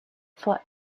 for